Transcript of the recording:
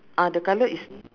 ah the colour is